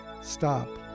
stop